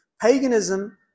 paganism